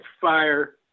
Fire